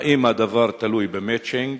האם הדבר תלוי ב"מצ'ינג"?